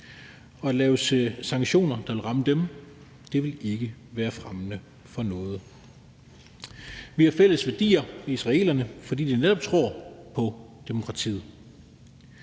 at lave sanktioner, der vil ramme dem, vil ikke være fremmende for noget. Vi har fælles værdier med israelerne, fordi de netop tror på demokratiet.